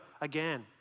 again